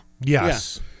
Yes